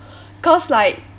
cause like